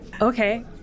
Okay